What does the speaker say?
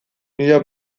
mila